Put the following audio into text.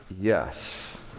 yes